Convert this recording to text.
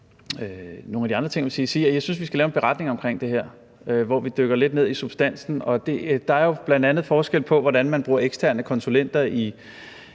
nogle af de andre ting, vil jeg sige, at jeg synes, vi skal lave en beretning omkring det her, hvor vi dykker lidt ned i substansen. Der er jo bl.a. forskel på, hvordan man bruger eksterne konsulenter i